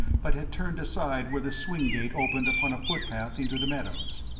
but had turned aside where the swing-gate opened upon a footpath into the meadows.